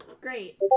Great